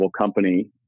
company